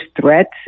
threats